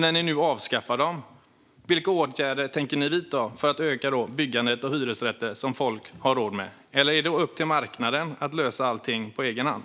När ni nu avskaffar dem, vilka åtgärder tänker ni vidta för att öka byggandet av hyresrätter som folk har råd med? Eller är det upp till marknaden att lösa allting på egen hand?